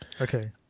okay